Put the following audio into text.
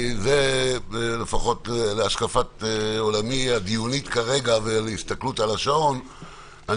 לפחות לפי השקפת עולמי הדיונית כרגע והסתכלות על השעון,